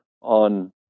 on